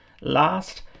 Last